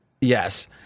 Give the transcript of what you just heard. Yes